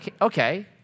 okay